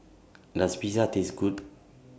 Does Pizza Taste Good